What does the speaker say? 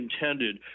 intended